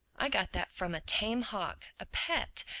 i got that from a tame hawk, a pet,